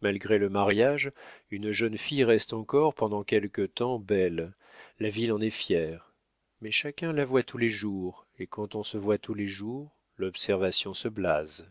malgré le mariage une jeune fille reste encore pendant quelque temps belle la ville en est fière mais chacun la voit tous les jours et quand on se voit tous les jours l'observation se blase